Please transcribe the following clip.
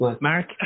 Mark